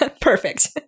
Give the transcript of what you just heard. Perfect